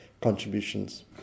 contributions